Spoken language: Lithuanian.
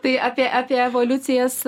tai apie apie evoliucijas